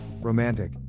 romantic